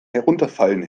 herunterfallen